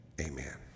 amen